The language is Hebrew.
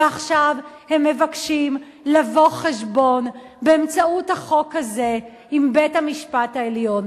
ועכשיו הם מבקשים לבוא חשבון באמצעות החוק הזה עם בית-המשפט העליון.